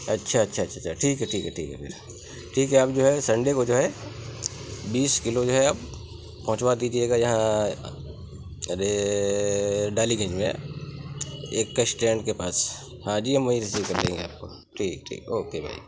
اچھا اچھا اچھا اچھا ٹھیک ہے ٹھیک ہے ٹھیک ہے پھر ٹھیک ہے اب جو ہے سنڈے کو جو ہے بیس کلو جو ہے پہنچوا دیجیے گا یہاں ارے ڈالی گنج میں یکہ اسٹینڈ کے پاس ہاں جی ہم وہیں ریسیو کر لیں گے آپ کو ٹھیک ٹھیک اوکے بھائی